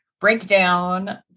breakdown